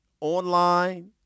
online